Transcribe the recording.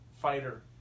fighter